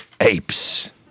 Apes